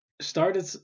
started